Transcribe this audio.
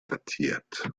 datiert